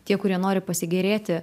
tie kurie nori pasigėrėti